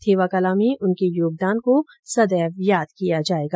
थेवा कला में उनके योगदान को सदैव याद किया जायेगा